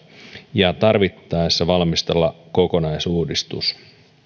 ja tarvittaessa valmistella kokonaisuudistus